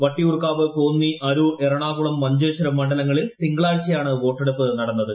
വട്ടിയൂർക്കാവ് കോന്നി അരൂർ എറണാകുളം മഞ്ചേശ്വരം മണ്ഡലങ്ങളിൽ തിങ്കളാഴ്ചയാണ് വോട്ടെടുപ്പ് നടന്നത്